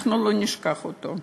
אנחנו לא נשכח אותו.